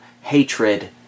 hatred